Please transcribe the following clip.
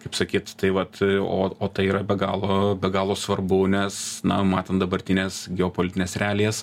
kaip sakyt tai vat o o tai yra be galo be galo svarbu nes na matant dabartines geopolitines realijas